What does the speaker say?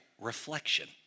reflection